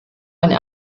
eine